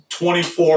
24